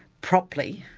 properly,